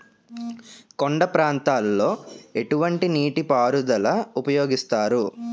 కొండ ప్రాంతాల్లో ఎటువంటి నీటి పారుదల ఉపయోగిస్తారు?